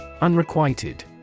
unrequited